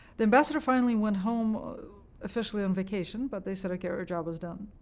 the ambassador finally went home officially on vacation, but they said, ok, our job is done,